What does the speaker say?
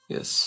Yes